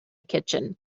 kitchen